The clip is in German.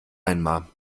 einmal